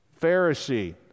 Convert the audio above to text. Pharisee